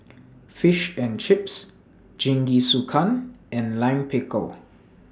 Fish and Chips Jingisukan and Lime Pickle